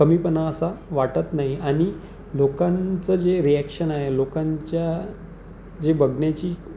कमीपणा असा वाटत नाही आणि लोकांचं जे रिॲक्शन आहे लोकांच्या जे बघण्याची